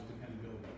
dependability